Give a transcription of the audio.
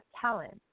talent